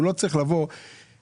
הוא לא צריך לבוא כגוף,